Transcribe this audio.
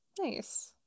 nice